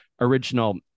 original